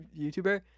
youtuber